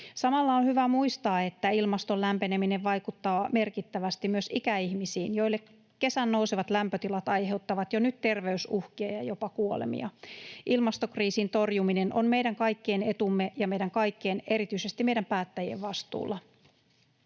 Samalla on hyvä muistaa, että ilmaston lämpeneminen vaikuttaa merkittävästi myös ikäihmisiin, joille kesän nousevat lämpötilat aiheuttavat jo nyt terveysuhkia ja jopa kuolemia. Ilmastokriisin torjuminen on meidän kaikkien etu ja meidän kaikkien, erityisesti meidän päättäjien, vastuulla.